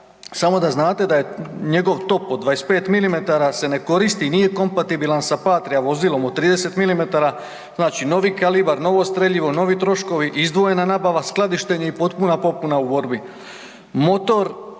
samo da znate da je njegov top od 25 mm se ne koristi i nije kompatibilan sa Patrija vozilom od 30 mm, znači novi kalibar, novo streljivo, novi troškovi, izdvojena nabava, skladištenje i potpuna popuna u borbi. Motor